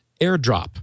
Airdrop